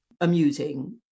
amusing